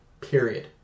period